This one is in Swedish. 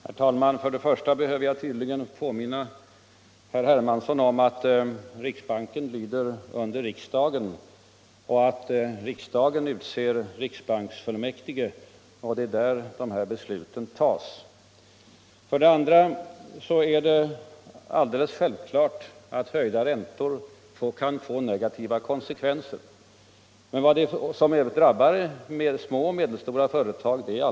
Herr talman! För det första behöver jag tydligen påminna herr Hermansson om att riksbanken lyder under riksdagen, att riksdagen utser riksbanksfullmäktige och att det är av dem som dessa beslut fattas. För det andra är det alldeles självklart att höjda räntor kan få negativa konsekvenser som även drabbar små och medelstora företag.